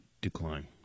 decline